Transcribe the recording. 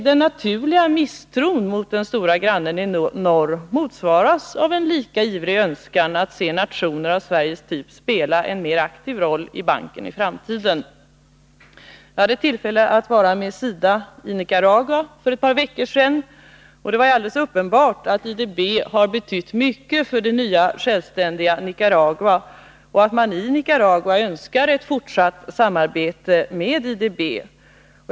Den naturliga misstron mot den stora grannen i norr motsvaras av en lika ivrig önskan att se nationer av Sveriges typ spela en mer aktiv roll i banken i framtiden. Jag hade tillfälle att vara med SIDA i Nicaragua för ett par veckor sedan, och det var alldeles uppenbart att IDB har betytt mycket för det nya självständiga Nicaragua och att man i Nicaragua önskar ett fortsatt samarbete med IDB.